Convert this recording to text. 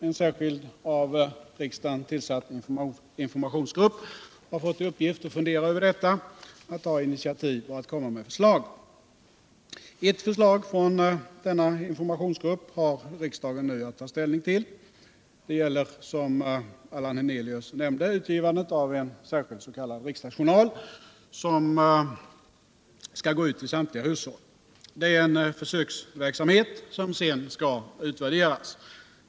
En särskild av riksdagen tillsatt informationsgrupp har fått i uppgift att fundera över detta, att ta initiativ och att komma med förslag. Ett förslag från denna informationsgrupp har riksdagen nu att ta ställning till. Det gäller, som Allan Hernelius nämnde, utgivandet av en särskild s.k. riksdagsjournal, som skall gå ut till samtliga hushåll. Det är en försöksverksamhet som sedan skall utvärderas.